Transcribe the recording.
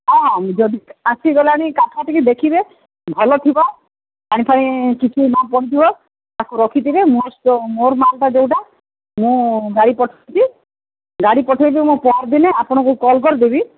ହଁ ଯଦି ଆସିଗଲାଣି କାଠ ଟିକେ ଦେଖିବେ ଭଲ ଥିବ ପାଣି ଫାଣି କିଛି ନପଡ଼ିଥିବ ତାକୁ ରଖିଥିବେ ମୋର ସେ ମୋର ମାଲ୍ଟା ଯୋଉଟା ମୁଁ ଗାଡ଼ି ପଠେଇବି ଗାଡ଼ି ପଠେଇକି ମୁଁ ପରଦିନ ଆପଣଙ୍କୁ କଲ୍ କରିଦେବି